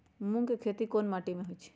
मूँग के खेती कौन मीटी मे होईछ?